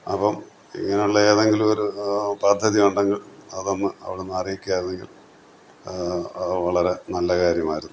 അപ്പോള് ഇങ്ങനെയുള്ള ഏതെങ്കിലും ഒരു പദ്ധതി ഉണ്ടെങ്കിൽ അതൊന്ന് അവിടുന്ന് അറിയിക്കുകയായിരുന്നെങ്കിൽ അത് വളരെ നല്ല കാര്യമായിരുന്നു